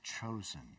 chosen